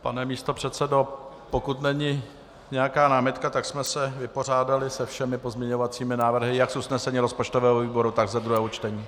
Pane místopředsedo, pokud není nějaká námitka, tak jsme se vypořádali se všemi pozměňovacími návrhy jak z usnesení rozpočtového výboru, tak ze druhého čtení.